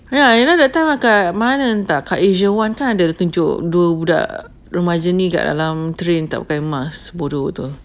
ya you know that time dekat asia one kan tunjuk dua budak remaja kat dalam train tak pakai mask bodoh betul